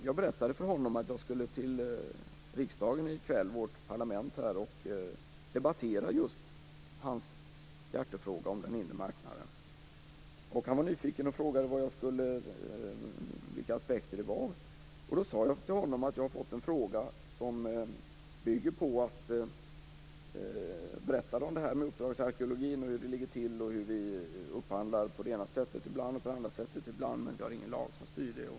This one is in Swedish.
Jag berättade för honom att jag skulle till parlamentet och debattera hans hjärtefråga om den inre marknaden. Han blev nyfiken och frågade vilka aspekter det handlade om. Då sade jag att jag hade fått en fråga om uppdragsarkeologin. Jag berättade hur det ligger till, hur vi upphandlar ibland på det ena sättet och ibland på det andra sättet, men att vi inte har någon lag som styr detta.